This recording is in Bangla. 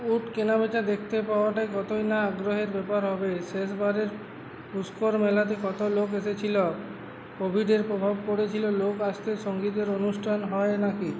উট কেনা বেচা দেখতে পাওয়াটা কতোই না আগ্রহের ব্যাপার হবে শেষবারের পুষ্কর মেলাতে কতো লোক এসেছিলো কোভিডের প্রভাব পড়েছিলো লোক আসাতে সঙ্গীতের অনুষ্ঠান হয় নাকি